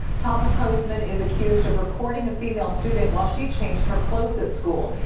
thomas hostman is accused of recording a female student while she changed her clothes at school.